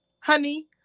Honey